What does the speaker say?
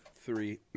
Three